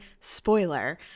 spoiler